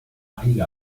einige